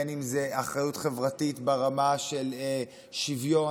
בין שזאת אחריות חברתית ברמה של שוויון,